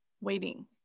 waiting